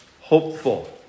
hopeful